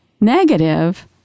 negative